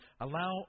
allow